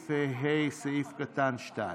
סעיף (ה), סעיף קטן (2),